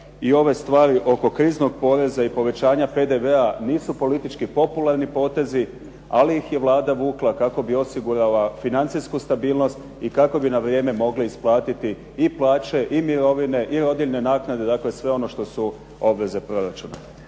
da ove stvari oko kriznog poreza i povećanja PDV-a nisu politički popularni potezi ali ih je Vlada vukla kako bi osigurala financijsku stabilnost i kako bi na vrijeme mogla isplatiti i plaće i mirovine i rodiljne naknade dakle sve ono što su obveze proračuna.